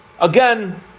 Again